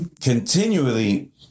continually